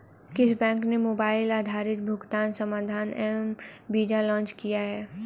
किस बैंक ने मोबाइल आधारित भुगतान समाधान एम वीज़ा लॉन्च किया है?